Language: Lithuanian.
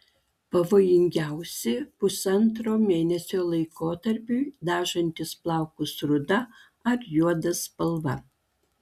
pavojingiausi pusantro mėnesio laikotarpiui dažantys plaukus ruda ar juoda spalva